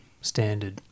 standard